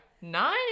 Nine